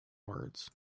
words